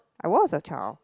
I was a child